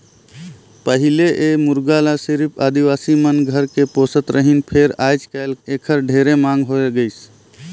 पहिले ए मुरगा ल सिरिफ आदिवासी मन घर मे पोसत रहिन फेर आयज कायल एखर ढेरे मांग होय गइसे